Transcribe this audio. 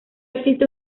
existe